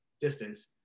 distance